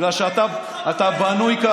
ראינו אותך, שותק, בגלל שאתה בנוי ככה.